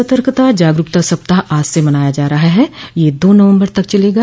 सतर्कता जागरूकता सप्ताह आज से मनाया जा रहा है यह दो नवम्बर तक चलेगा